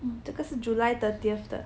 嗯这个是 July thirtieth 的